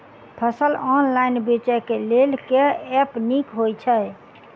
फसल ऑनलाइन बेचै केँ लेल केँ ऐप नीक होइ छै?